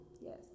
Yes